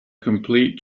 complete